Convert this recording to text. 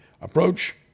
approach